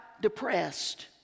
depressed